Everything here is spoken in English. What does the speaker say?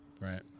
Right